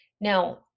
Now